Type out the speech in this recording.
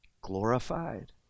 glorified